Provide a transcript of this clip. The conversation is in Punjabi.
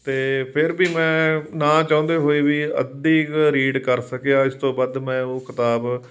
ਅਤੇ ਫਿਰ ਵੀ ਮੈਂ ਨਾ ਚਾਹੁੰਦੇ ਹੋਏ ਵੀ ਅੱਧੀ ਕ ਰੀਡ ਕਰ ਸਕਿਆ ਇਸ ਤੋਂ ਵੱਧ ਮੈਂ ਉਹ ਕਿਤਾਬ